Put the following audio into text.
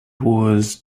was